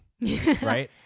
Right